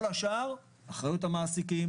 כל השאר זה אחריות המעסיקים,